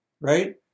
right